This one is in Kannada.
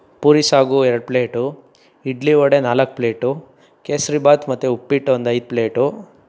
ಪೂರಿ ಸಾಗು ಎರಡು ಪ್ಲೇಟು ಇಡ್ಲಿ ವಡೆ ನಾಲ್ಕು ಪ್ಲೇಟು ಕೇಸರಿ ಭಾತ್ ಮತ್ತು ಉಪ್ಪಿಟ್ಟು ಒಂದು ಐದು ಪ್ಲೇಟು